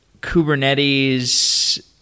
Kubernetes